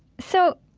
so,